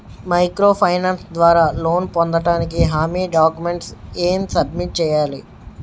Micro finance ద్వారా loan పొందటానికి హామీ డాక్యుమెంట్స్ ఎం సబ్మిట్ చేయాలి?